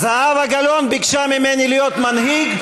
זהבה גלאון ביקשה ממני להיות מנהיג.